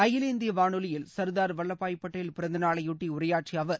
அகில இந்திய வானொலியில் சர்தார் வல்லபாய் பட்டேல் பிறந்தநாளையொட்டி உரையாற்றிய அவர்